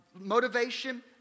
Motivation